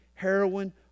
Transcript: heroin